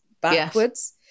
backwards